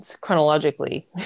chronologically